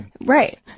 right